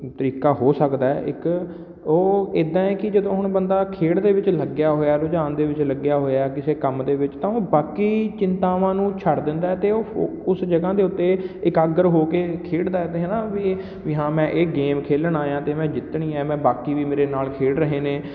ਤਰੀਕਾ ਹੋ ਸਕਦਾ ਇੱਕ ਉਹ ਇੱਦਾਂ ਹੈ ਕਿ ਜਦੋਂ ਹੁਣ ਬੰਦਾ ਖੇਡ ਦੇ ਵਿੱਚ ਲੱਗਿਆ ਹੋਇਆ ਰੁਝਾਨ ਦੇ ਵਿੱਚ ਲੱਗਿਆ ਹੋਇਆ ਕਿਸੇ ਕੰਮ ਦੇ ਵਿੱਚ ਤਾਂ ਉਹ ਬਾਕੀ ਚਿੰਤਾਵਾਂ ਨੂੰ ਛੱਡ ਦਿੰਦਾ ਅਤੇ ਉਹ ਉਸ ਜਗ੍ਹਾ ਦੇ ਉੱਤੇ ਇਕਾਗਰ ਹੋ ਕੇ ਖੇਡਦਾ ਅਤੇ ਹੈ ਨਾ ਵੀ ਵੀ ਹਾਂ ਮੈਂ ਇਹ ਗੇਮ ਖੇਲਣ ਆਇਆ ਅਤੇ ਮੈਂ ਜਿੱਤਣੀ ਹੈ ਮੈਂ ਬਾਕੀ ਵੀ ਮੇਰੇ ਨਾਲ ਖੇਡ ਰਹੇ ਨੇ